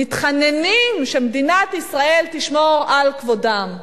מתחננים שמדינת ישראל תשמור על כבודם,